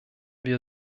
wir